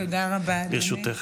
תודה רבה, אדוני.